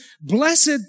Blessed